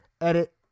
edit